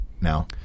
now